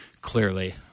clearly